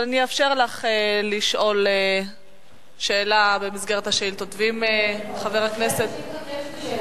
אבל אני אאפשר לךְ לשאול שאלה במסגרת השאילתות כבוד היושב-ראש.